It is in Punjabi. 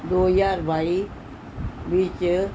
ਦੋ ਹਜ਼ਾਰ ਬਾਈ ਵਿੱਚ